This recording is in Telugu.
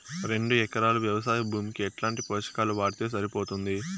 రెండు ఎకరాలు వ్వవసాయ భూమికి ఎట్లాంటి పోషకాలు వాడితే సరిపోతుంది?